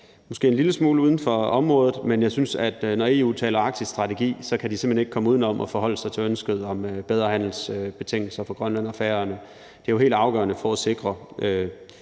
måske en lille smule uden for området, men jeg synes, at de, når EU taler arktisk strategi, simpelt hen ikke kan komme uden om at forholde sig til ønsket om bedre handelsbetingelser for Grønland og Færøerne. Det er jo helt afgørende for at sikre,